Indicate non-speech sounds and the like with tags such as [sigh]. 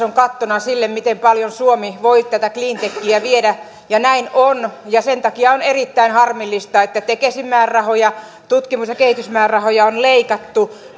[unintelligible] on kattona sille miten paljon suomi voi tätä cleantechiä viedä näin on ja sen takia on erittäin harmillista että tekesin tutkimus ja kehitysmäärärahoja on leikattu [unintelligible]